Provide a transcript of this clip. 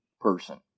person